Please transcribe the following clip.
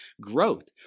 growth